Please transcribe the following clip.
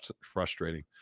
frustrating